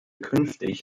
künftig